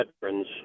veterans